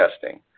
testing